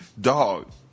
Dog